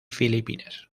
filipinas